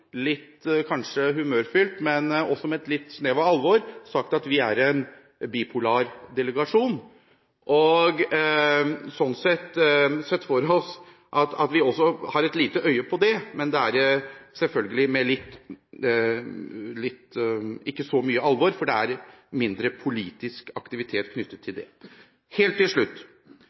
kanskje litt humørfylt, men også med et snev av alvor – at vi er en bipolar delegasjon, og har, sånn sett, sett for oss at vi også har et lite øye på det området. Men det er selvfølgelig ikke med så mye alvor, for det er mindre politisk aktivitet knyttet til det. Helt til slutt: